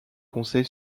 conseil